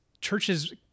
churches